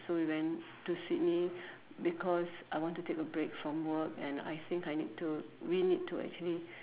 so we went to Sydney because I want to take a break from work and I think I need to we need to actually